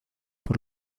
por